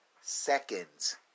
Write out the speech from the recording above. seconds